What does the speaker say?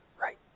right